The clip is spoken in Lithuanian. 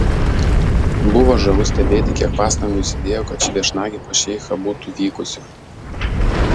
buvo žavu stebėti kiek pastangų jis įdėjo kad ši viešnagė pas šeichą būtų vykusi